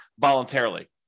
voluntarily